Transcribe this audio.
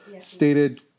stated